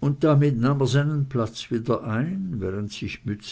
und damit nahm er seinen platz wieder ein während sich